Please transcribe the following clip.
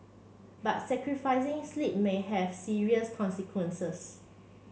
but sacrificing sleep may have serious consequences